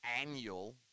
annual